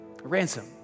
Ransom